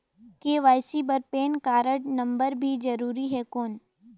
KYC बर PAN card number भी जरूरी हे कौन?